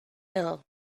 ill